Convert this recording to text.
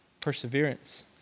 Perseverance